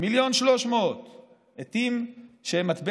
1,300,000,